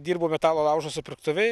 dirbau metalo laužo supirktuvėj